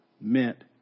meant